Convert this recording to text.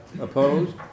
opposed